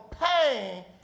pain